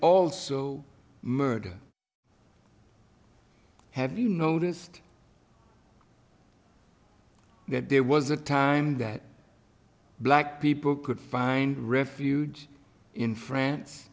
also murder have you noticed that there was a time that black people could find refuge in france